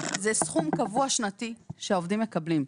זה סכום קבוע שנתי שהעובדים מקבלים.